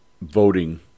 voting